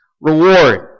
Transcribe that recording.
reward